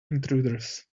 intruders